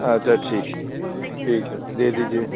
अच्छा ठीक है ठीक है दे दीजिए